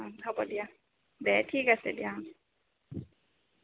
অঁ হ'ব দিয়া দে ঠিক আছে দিয়া